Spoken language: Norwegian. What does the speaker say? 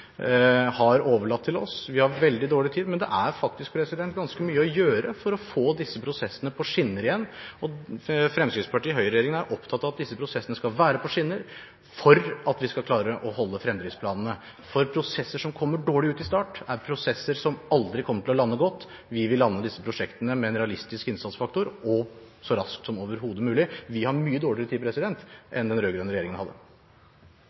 har overlatt til oss. Vi har veldig dårlig tid, men det er faktisk ganske mye å gjøre for å få disse prosessene på skinner igjen. Høyre–Fremskrittsparti-regjeringen er opptatt av at disse prosessene skal være på skinner, slik at vi kan klare å holde fremdriftsplanene. Prosesser som kommer dårlig ut i starten, er prosesser som aldri kommer til å lande godt. Vi vil lande disse prosjektene – med en realistisk innsatsfaktor og så raskt som overhodet mulig. Vi har mye dårligere tid enn den rød-grønne regjeringen hadde.